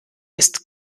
ist